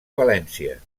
valència